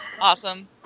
Awesome